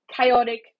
chaotic